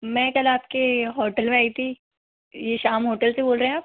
मैं कल आपके होटल में आई थी यह श्याम होटल से बोल रहे हैं आप